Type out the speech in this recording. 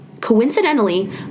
Coincidentally